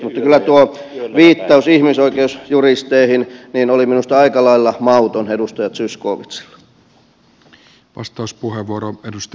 mutta kyllä tuo viittaus ihmisoikeusjuristeihin oli minusta aika lailla mauton edustaja zyskowiczilla